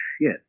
yes